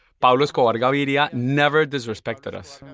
pablo escobar gaviria yeah never disrespected us,